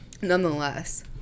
nonetheless